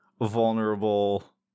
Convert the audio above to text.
vulnerable